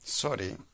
Sorry